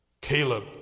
Caleb